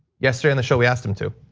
yesterday on the show, we asked him to,